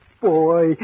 Boy